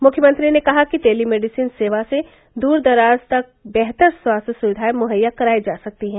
मुख्यमंत्री ने कहा कि टेलीमेडिसिन सेवा से दूर दराज तक बेहतर स्वास्थ्य सुक्वियें मुहैया करायी जा सकती है